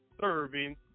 serving